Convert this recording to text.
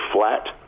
flat